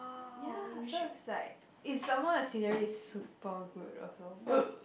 ya so it's like it's some more the scenery is super good also